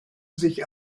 sich